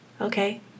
okay